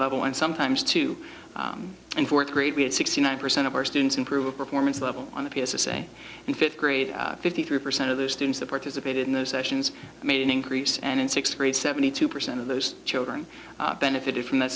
level and sometimes two in fourth grade we had sixty nine percent of our students improve performance level on the piazza say in fifth grade fifty three percent of those students that participated in those sessions made an increase and in sixth grade seventy two percent of those children benefited from that